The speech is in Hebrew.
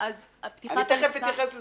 אני תכף אתייחס לזה.